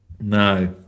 no